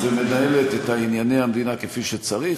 ומנהלת את ענייני המדינה כפי שצריך.